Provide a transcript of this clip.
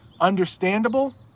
Understandable